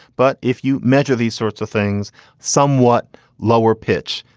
but if you measure these sorts of things somewhat lower pitch,